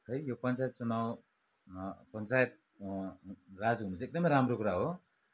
खोइ यो पञ्चायत चुनाव पञ्चायत राज हुनु चाहिँ एकदमै राम्रो कुरा हो